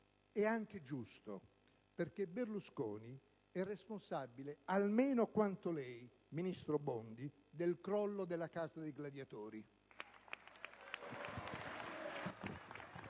è anche giusto, perché Berlusconi è responsabile almeno quanto lei, ministro Bondi, del crollo della Casa dei gladiatori.